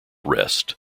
rest